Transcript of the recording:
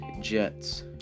Jets